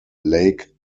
lake